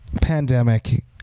pandemic